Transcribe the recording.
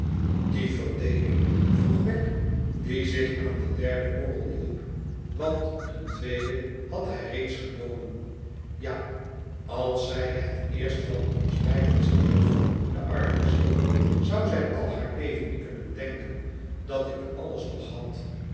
die verdeeling vroeg wegg die zich aan een derden borrel hielp want een tweeden had hij reeds genomen ja als zij het eerst van ons beiden stierf de arme ziel zou zij al haar leven kunnen denken dat ik alles nog had